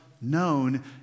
known